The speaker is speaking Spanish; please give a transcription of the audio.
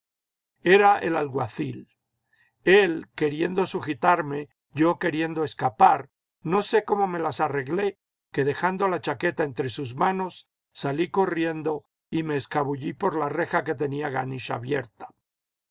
era el alguacil el queriendo sujetarme yo queriendo escapar no sé cómo me las arreglé que dejando la chaqueta entre sus manos salí corriendo y me escabullí por la reja que tenía ganisch abierta